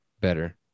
Better